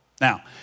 Now